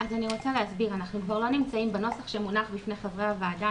אנחנו כבר לא נמצאים בנוסח שמונח בפני חברי הוועדה,